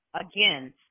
Again